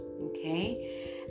Okay